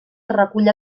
recull